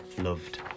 loved